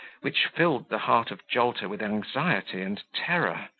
which filled the heart of jolter with anxiety and terror.